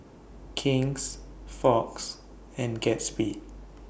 King's Fox and Gatsby